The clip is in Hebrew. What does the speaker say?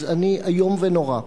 איום ונורא.